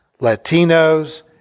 Latinos